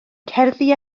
cerddi